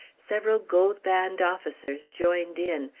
several gold-band officers joined in,